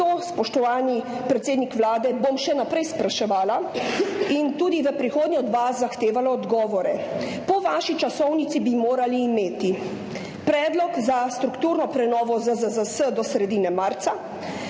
spoštovani predsednik Vlade, še naprej spraševala in tudi v prihodnje od vas zahtevala odgovore. Po vaši časovnici bi morali imeti predlog za strukturno prenovo ZZZS do sredine marca,